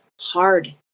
hard